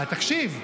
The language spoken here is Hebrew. תקשיב.